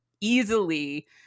easily